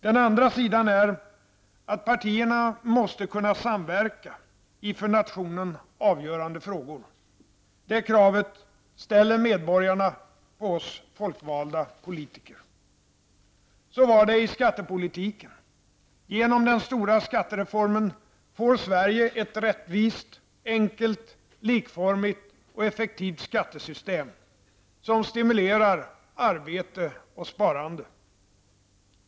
Den andra sidan är att partierna måste kunna samverka i för nationen avgörande frågor. Det kravet ställer medborgarna på oss folkvalda politiker. Så var det i skattepolitiken. Genom den stora skattereformen får Sverige ett rättvist, enkelt, likformigt och effektivt skattesystem som stimulerar arbete och sparande.